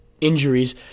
Injuries